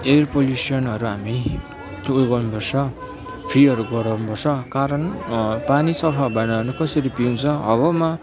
air पल्युसनहरू हामी उयो गर्नुपर्छ फ्रीहरू गराउनुपर्छ कारण पानी सफा भएन भने कसरी पिउँछ हावामा